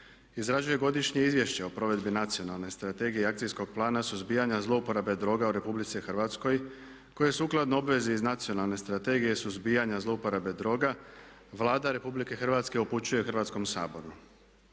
izrađuje Godišnje izvješće o provedbi Nacionalne strategije i Akcijskog plana suzbijanja zlouporaba droga u RH koje sukladno obvezi iz Nacionalne strategije suzbijanja zlouporabe droga Vlada Republike Hrvatske upućuje Hrvatskom saboru.